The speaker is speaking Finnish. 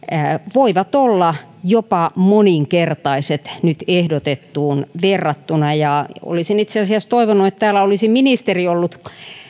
voivat olla jopa moninkertaiset nyt ehdotettuun verrattuna ja olisin itse asiassa toivonut että täällä olisi ministeri ollut